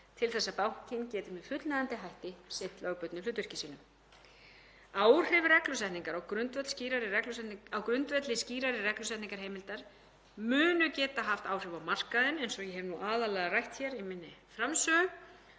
til þess að bankinn geti með fullnægjandi hætti sinnt lögbundnu hlutverki sínu. Reglusetningin, á grundvelli skýrari reglusetningarheimilda, mun geta haft áhrif á markaðinn, eins og ég hef nú aðallega rætt hér í minni framsögu,